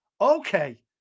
Okay